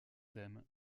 thème